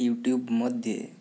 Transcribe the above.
YouTube मध्ये